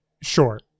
Sure